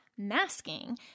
masking